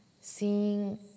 seeing